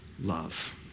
love